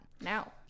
now